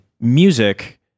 music